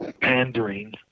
pandering